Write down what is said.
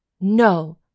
No